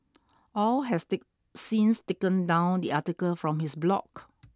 Au has the since taken down the article from his blog